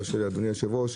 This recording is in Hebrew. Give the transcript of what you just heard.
ירשה לי אדוני היו"ר,